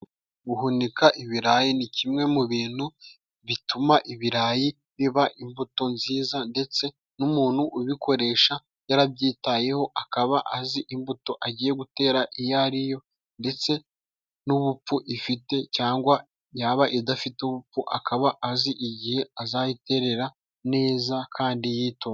Guhunika ibirayi ni kimwe mu bintu bituma ibirayi biba imbuto nziza, ndetse n'umuntu ubikoresha yarabyitayeho akaba azi imbuto agiye gutera iyo ariyo ndetse n'ubupfu ifite, cyangwa yaba idafite ubupfu akaba azi igihe azayiterera neza kandi yitonze.